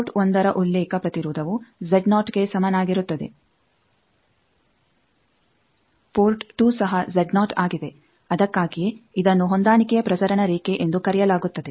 port one ರ ಉಲ್ಲೇಖ ಪ್ರತಿರೋಧವು ಗೆ ಸಮನಾಗಿರುತ್ತದೆ ಪೋರ್ಟ್ 2 ಸಹ ಆಗಿದೆ ಅದಕ್ಕಾಗಿಯೇ ಇದನ್ನು ಹೊಂದಾಣಿಕೆಯ ಪ್ರಸರಣ ರೇಖೆ ಎಂದು ಕರೆಯಲಾಗುತ್ತದೆ